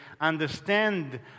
understand